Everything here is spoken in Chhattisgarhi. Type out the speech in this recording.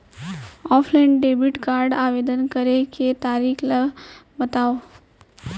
ऑफलाइन डेबिट कारड आवेदन करे के तरीका ल बतावव?